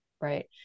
Right